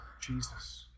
Jesus